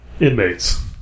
inmates